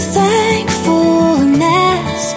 thankfulness